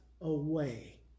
away